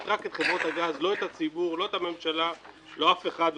רק את חברות הגז ולא את הציבור ולא את הממשלה ולא אף אחד.